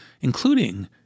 including